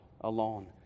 alone